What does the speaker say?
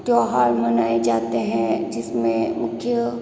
त्योहार मनाए जाते हैं जिसमें मुख्य